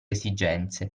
esigenze